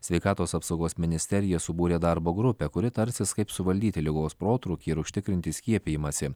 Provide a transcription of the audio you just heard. sveikatos apsaugos ministerija subūrė darbo grupę kuri tarsis kaip suvaldyti ligos protrūkį ir užtikrinti skiepijimąsi